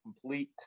complete